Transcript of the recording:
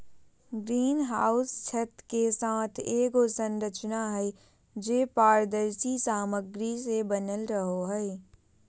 green house छत के साथ एगो संरचना हइ, जे पारदर्शी सामग्री से बनल रहो हइ